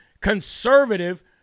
conservative